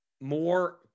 more